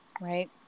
right